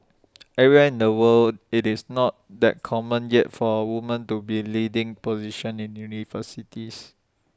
everywhere in the world IT is not that common yet for woman to be leading positions in universities